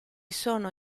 sono